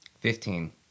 Fifteen